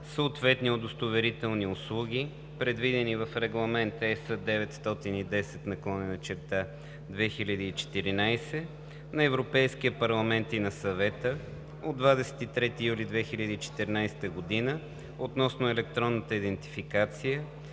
съответни удостоверителни услуги, предвидени в Регламент (ЕС) 910/2014 на Европейския парламент и на Съвета от 23 юли 2014 г. относно електронната идентификация